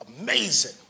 amazing